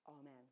Amen